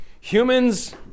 humans